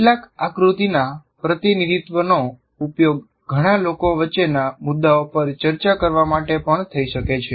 કેટલાક આકૃતિના પ્રતિનિધિત્વનો ઉપયોગ ઘણા લોકો વચ્ચેના મુદ્દાઓ પર ચર્ચા કરવા માટે પણ થઈ શકે છે